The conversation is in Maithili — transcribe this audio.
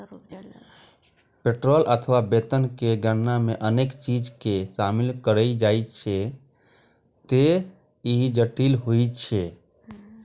पेरोल अथवा वेतन के गणना मे अनेक चीज कें शामिल कैल जाइ छैं, ते ई जटिल होइ छै